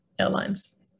airlines